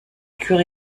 cure